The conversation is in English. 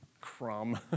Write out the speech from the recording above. crumb